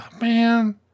man